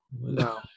No